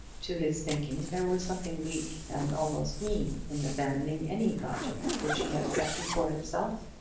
to his thinking there was something weak and almost mean in abandoning any project which he had set before himself.